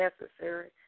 necessary